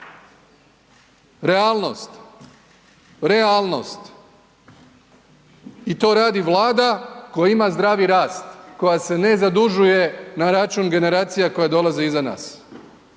Realnost, realnost i to radi Vlada koja ima zdravi rast, koja se ne zadužuje na račun generacija koja dolaze iza nas,